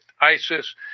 ISIS